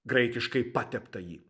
graikiškai pateptąjį